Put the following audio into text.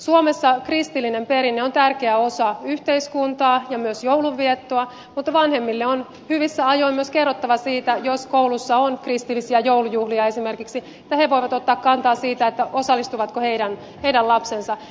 suomessa kristillinen perinne on tärkeä osa yhteiskuntaa ja myös joulun viettoa mutta vanhemmille on hyvissä ajoin myös kerrottava siitä jos koulussa on kristillisiä joulujuhlia esimerkiksi niin että he voivat ottaa kantaa siihen osallistuvatko heidän lapsensa